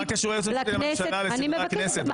מה קשור היועצת המשפטית לממשלה לסדרי הכנסת?